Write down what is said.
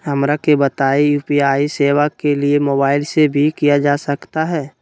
हमरा के बताइए यू.पी.आई सेवा के लिए मोबाइल से भी किया जा सकता है?